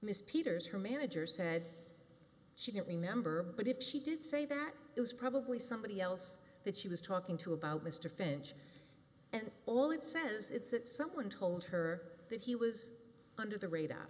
miss peters her manager said she didn't remember but if she did say that it was probably somebody else that she was talking to about mr finch and all it says it's that someone told her that he was under the radar